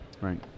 Right